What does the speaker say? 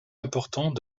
importants